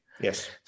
Yes